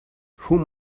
whom